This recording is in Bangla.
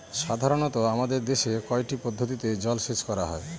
সাধারনত আমাদের দেশে কয়টি পদ্ধতিতে জলসেচ করা হয়?